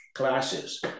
classes